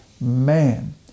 man